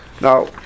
Now